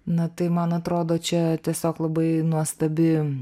na tai man atrodo čia tiesiog labai nuostabi